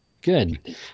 good